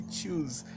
choose